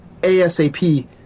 ASAP